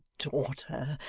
daughter,